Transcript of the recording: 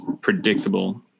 predictable